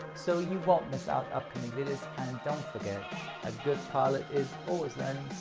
so you won't miss out upcoming videos and don't forget a good pilot is always